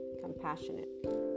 compassionate